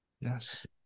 Yes